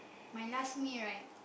my last meal right